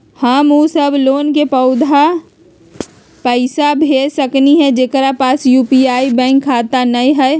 हम उ सब लोग के पैसा भेज सकली ह जेकरा पास यू.पी.आई बैंक खाता न हई?